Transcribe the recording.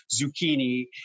zucchini